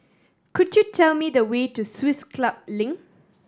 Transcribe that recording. could you tell me the way to Swiss Club Link